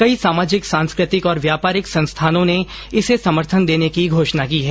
कई सामाजिक सांस्कृतिक और व्यापारिक संस्थानों ने इसे समर्थन देने की घोषणा की है